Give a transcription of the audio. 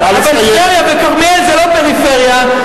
אבל טבריה וכרמיאל זה לא פריפריה,